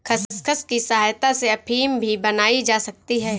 खसखस की सहायता से अफीम भी बनाई जा सकती है